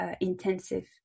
intensive